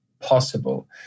possible